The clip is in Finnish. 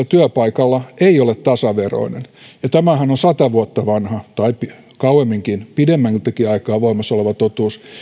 työpaikalla ei ole tasaveroinen ja tämähän on on sata vuotta vanha tai kauemminkin pidemmältäkin ajalta voimassa oleva totuus